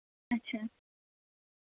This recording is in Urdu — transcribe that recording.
اچھا